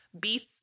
beets